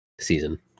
season